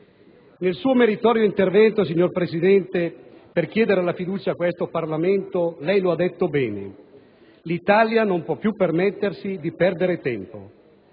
Nel suo meritorio intervento, per chiedere la fiducia a questo Parlamento, lei lo ha detto bene: l'Italia non può più permettersi di perdere tempo,